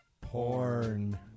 porn